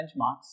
benchmarks